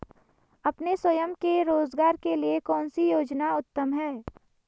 अपने स्वयं के रोज़गार के लिए कौनसी योजना उत्तम है?